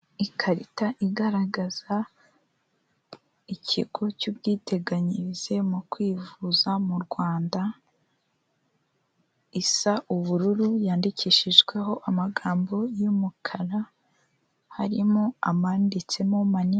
Ikarita igaragaza ikigo cy'ubwiteganyirize mu kwivuza mu Rwanda isa ubururu yandikishijweho amagambo y'umukara, harimo amanditsemo manini.